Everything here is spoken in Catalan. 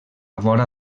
vora